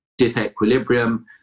disequilibrium